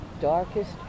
darkest